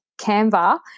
Canva